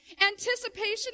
Anticipation